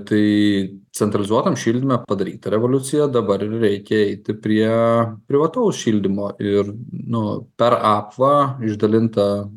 tai centralizuotam šildyme padaryti revoliucija dabar ir reikia eiti prie privataus šildymo ir nu per apva išdalinta